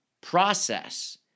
process